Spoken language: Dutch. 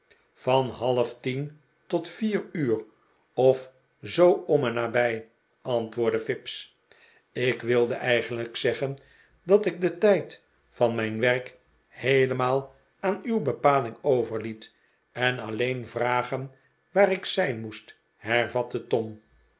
van halftien tot vier uur of zoo om en nabij antwoordde fips ik wilde eigenlijk zeggen dat ik den tijd van mijn werk heelemaal aan uw bepaling overliet en alleen vragen waar ik zijn moest hervatte tom